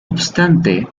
obstante